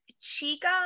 Chica